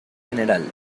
general